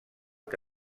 que